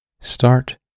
start